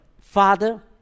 Father